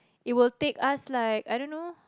it will take us like I don't know